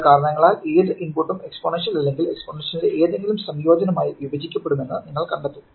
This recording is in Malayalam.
ചില കാരണങ്ങളാൽ ഏത് ഇൻപുട്ടും എക്സ്പോണൻഷ്യൽ അല്ലെങ്കിൽ എക്സ്പോണൻഷ്യലിന്റെ ഏതെങ്കിലും സംയോജനമായി വിഭജിക്കപ്പെടുമെന്ന് നിങ്ങൾ കണ്ടെത്തും